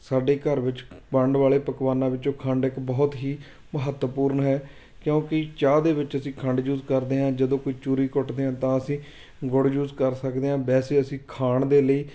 ਸਾਡੇ ਘਰ ਵਿੱਚ ਬਣਨ ਵਾਲੇ ਪਕਵਾਨਾਂ ਵਿੱਚੋਂ ਖੰਡ ਇੱਕ ਬਹੁਤ ਹੀ ਮਹੱਤਵਪੂਰਨ ਹੈ ਕਿਉਂਕਿ ਚਾਹ ਦੇ ਵਿੱਚ ਅਸੀਂ ਖੰਡ ਯੂਜ਼ ਕਰਦੇ ਹਾਂ ਜਦੋਂ ਕੋਈ ਚੂਰੀ ਕੁੱਟਦੇ ਹਾਂ ਤਾਂ ਅਸੀਂ ਗੁੜ ਯੂਜ਼ ਕਰ ਸਕਦੇ ਹਾਂ ਵੈਸੇ ਅਸੀਂ ਖਾਣ ਦੇ ਲਈ